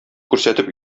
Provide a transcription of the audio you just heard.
күрсәтеп